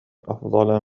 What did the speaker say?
أفضل